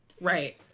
Right